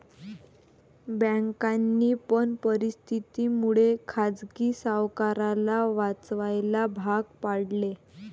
बँकांनी पण परिस्थिती मुळे खाजगी सावकाराला वाचवायला भाग पाडले